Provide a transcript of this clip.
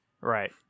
right